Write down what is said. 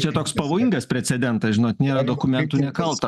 čia toks pavojingas precedentas žinot nėra dokumentų nekaltas